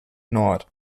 nord